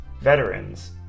Veterans